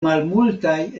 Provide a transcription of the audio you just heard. malmultaj